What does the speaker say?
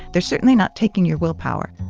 they're certainly not taking your willpower